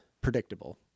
predictable